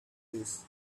police